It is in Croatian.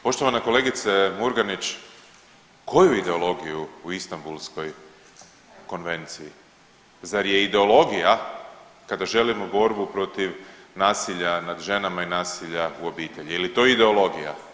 Poštovana kolegice Murganić, koju ideologiju u Istambulskoj konvenciji, zar je ideologija kada želimo borbu protiv nasilja nad ženama i nasilja u obitelji, je li to ideologija?